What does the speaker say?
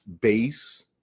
base